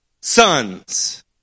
sons